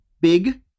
big